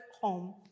home